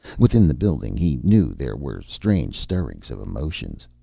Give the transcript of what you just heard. within the building, he knew, there were strange stirrings of emotions.